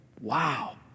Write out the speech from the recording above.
wow